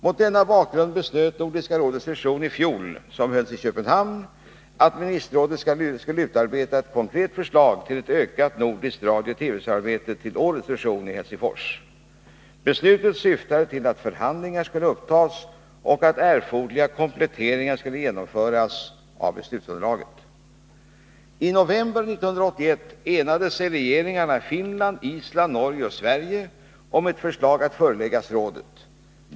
Mot denna bakgrund beslöt Nordiska rådets session i Köpenhamn i fjol att ministerrådet skulle utarbeta ett konkret förslag till ökat nordiskt radiooch TV-samarbete till årets session i Helsingfors. Beslutet syftade till att förhandlingar skulle upptas och att erforderliga kompletteringar skulle genomföras av beslutsunderlaget. I november 1981 enade sig regeringarna i Finland, Island, Norge och Sverige om ett förslag att föreläggas rådet.